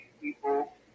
people